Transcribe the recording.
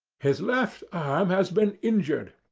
his left arm has been injured.